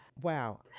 Wow